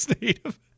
native